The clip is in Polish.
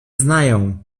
znają